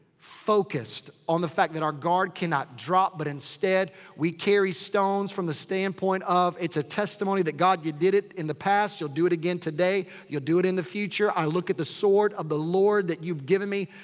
focused. on the fact that our guard cannot drop. but instead we carry stones from the standpoint of. it's a testimony that, god, you did it in the past. you'll do it again today. you'll do it in the future. i look at the sword of the lord that you've given me.